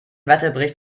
wetterbericht